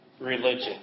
religion